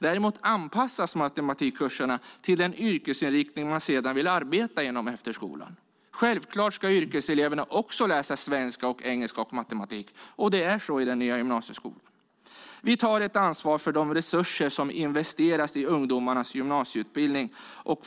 Däremot anpassas matematikkurserna till den yrkesinriktning man sedan vill arbeta inom efter skolan. Självklart ska även yrkeseleverna läsa svenska, engelska och matematik, och så är det också i den nya gymnasieskolan. Vi tar ansvar för de resurser som investeras i ungdomarnas gymnasieutbildning.